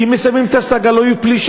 כי אם היו מסיימים את הסאגה לא היו פלישות.